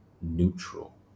neutral